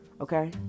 Okay